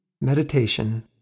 meditation